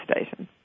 Station